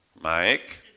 Mike